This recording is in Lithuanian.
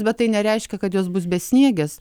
bet tai nereiškia kad jos bus besniegės